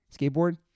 Skateboard